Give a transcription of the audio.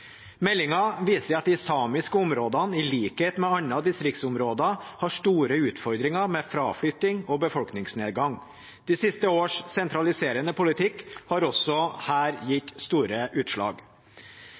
viser at de samiske områdene, i likhet med andre distriktsområder, har store utfordringer med fraflytting og befolkningsnedgang. De siste års sentraliserende politikk har også her